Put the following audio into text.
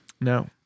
No